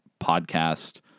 podcast